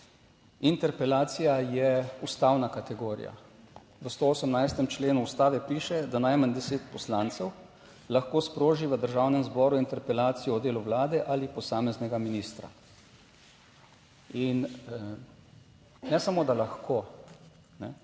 Interpelacija je ustavna kategorija. V 118. členu Ustave piše, da najmanj deset poslancev lahko sproži v Državnem zboru interpelacijo o delu Vlade ali posameznega ministra. In ne samo, da lahko,